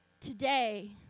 Today